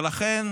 ולכן